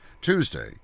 Tuesday